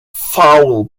foul